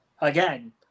again